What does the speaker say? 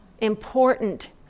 important